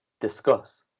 Discuss